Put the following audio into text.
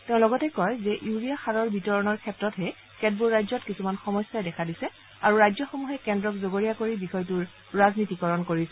তেওঁ লগতে কয় যে ইউৰিয়া সাৰৰ বিতৰণৰ ক্ষেত্ৰতহে কেতবোৰ ৰাজ্যত কিছুমান সমস্যাই দেখা দিছে আৰু ৰাজ্যসমূহে কেন্দ্ৰক জগৰীয়া কৰি বিষয়টোৰ ৰাজনীতিকৰণ কৰিছে